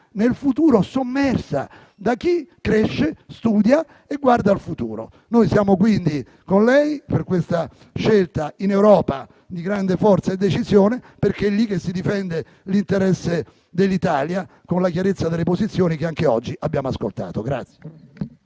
nel futuro da chi cresce, studia e guarda al futuro. Noi siamo quindi con lei per questa scelta in Europa di grande forza e decisione, perché è lì che si difende l'interesse dell'Italia, con la chiarezza delle posizioni che anche oggi abbiamo ascoltato.